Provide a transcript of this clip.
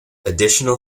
additional